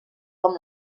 com